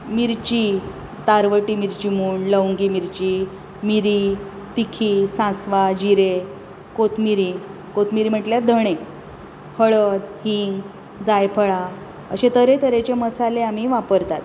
मिर्ची तारवटी मिर्ची म्हण लंवगी मिर्ची मिरी तिखी सांसवां जिरें कोथमिरी कोथमिरी म्हटल्यार दोणें हळद हिंग जायफळां अशे तरेतरेचे मसाले आमी वापरतात